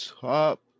top